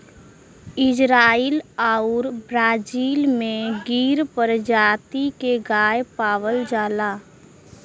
Israel आउर Brazil में गिर परजाती के गाय पावल जाला